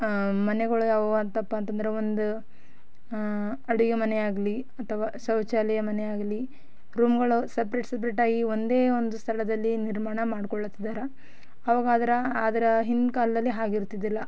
ಮನೆಗಳು ಯಾವುವು ಅಂತಪ್ಪ ಅಂತಂದ್ರೆ ಒಂದು ಅಡುಗೆ ಮನೆ ಆಗಲಿ ಅಥವ ಶೌಚಾಲಯ ಮನೆ ಆಗಲಿ ರೂಮ್ಗಳವೆ ಸಪ್ರೇಟ್ ಸಪ್ರೇಟ್ ಆಗಿ ಒಂದೇ ಒಂದು ಸ್ಥಳದಲ್ಲಿ ನಿರ್ಮಾಣ ಮಾಡಿಕೊಳ್ಳುತಿದ್ದಾರೆ ಅವಾಗ ಆದ್ರೆ ಅದರ ಹಿಂದೆ ಕಾಲದಲ್ಲಿ ಹಾಗಿರ್ತಿದ್ದಿಲ್ಲ